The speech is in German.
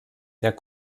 der